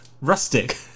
rustic